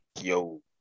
yo